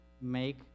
make